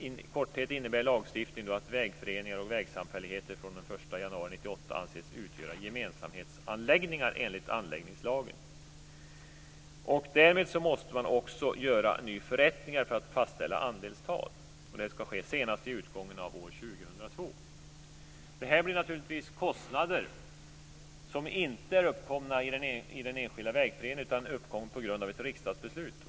I korthet innebär lagstiftningen att vägföreningar och vägsamfälligheter fr.o.m. den 1 januari 1998 anses utgöra gemensamhetsanläggningar enligt anläggningslagen. Därmed måste man också göra nya förrättningar för att fastställa andelstal, och det skall ske senast vid utgången av år 2002. Detta innebär naturligtvis kostnader som inte är uppkomna i den enskilda vägföreningen utan är uppkomna på grund av ett riksdagsbeslut.